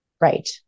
Right